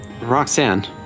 roxanne